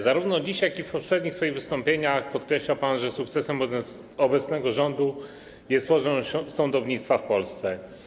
Zarówno dziś, jak i w poprzednich swoich wystąpieniach podkreślał pan, że sukcesem obecnego rządu jest poziom sądownictwa w Polsce.